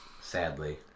Sadly